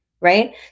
right